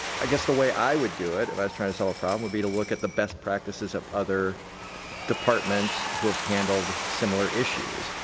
i guess the way i would do it if i was trying to solve a problem would be to look at the best practices of other departments who have handled similar issues.